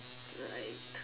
right